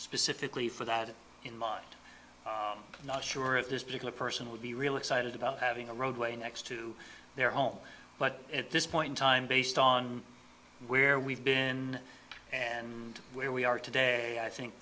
specifically for that in mind i'm not sure if this particular person would be real excited about having a roadway next to their home but at this point in time based on where we've been and where we are today i think